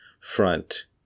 front